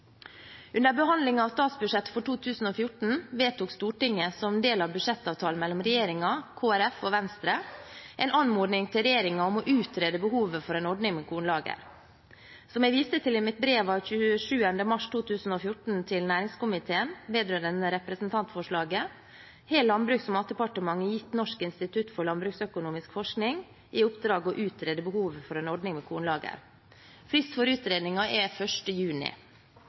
Under behandlingen av statsbudsjettet for 2014 vedtok Stortinget, som del av budsjettavtalen mellom regjeringen, Kristelig Folkeparti og Venstre, en anmodning til regjeringen om å utrede behovet for en ordning med kornlager. Som jeg viste til i mitt brev av 27. mars 2014 til næringskomiteen vedrørende representantforslaget, har Landbruks- og matdepartementet gitt Norsk institutt for landbruksøkonomisk forskning i oppdrag å utrede behovet for en ordning med kornlager. Frist for utredningen er 1. juni.